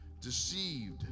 deceived